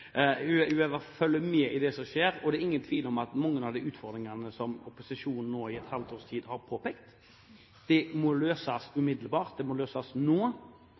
i hvert fall følge med på det som skjer. Det er ingen tvil om at mange av de utfordringene som opposisjonen i et halvt års tid har påpekt, må løses umiddelbart, de må løses nå,